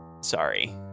sorry